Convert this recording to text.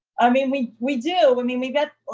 i mean, we we do. i mean, we get well,